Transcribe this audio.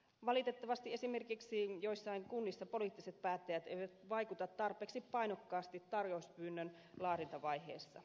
valitettavasti esimerkiksi joissain kunnissa poliittiset päättäjät eivät vaikuta tarpeeksi painokkaasti tarjouspyynnön laadintavaiheessa